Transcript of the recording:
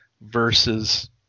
versus